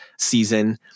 season